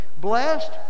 Blessed